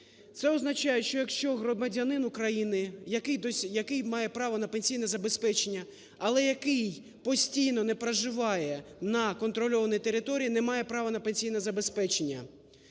Це означає, що якщо громадянин України, який має право на пенсійне забезпечення, але який постійно не проживає на контрольованій території, не має права на пенсійне забезпечення.